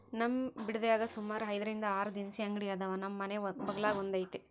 ನಮ್ ಬಿಡದ್ಯಾಗ ಸುಮಾರು ಐದರಿಂದ ಆರು ದಿನಸಿ ಅಂಗಡಿ ಅದಾವ, ನಮ್ ಮನೆ ಬಗಲಾಗ ಒಂದೈತೆ